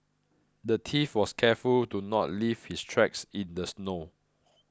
the thief was careful to not leave his tracks in the snow